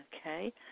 Okay